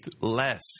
less